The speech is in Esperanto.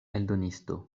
eldonisto